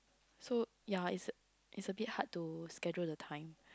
so ya is a is a bit hard to schedule the time